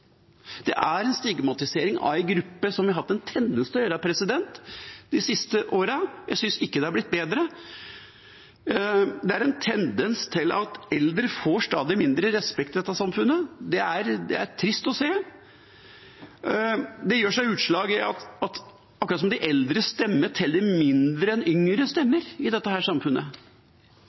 Det er en stigmatisering av en gruppe som vi har hatt en tendens til å stigmatisere de siste årene. Jeg synes ikke det har blitt bedre. Det er en tendens til at eldre får stadig mindre respekt i dette samfunnet. Det er trist å se. Det gir seg utslag i at det er akkurat som om de eldres stemme teller mindre enn yngre stemmer i dette samfunnet.